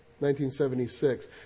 1976